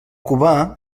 cubà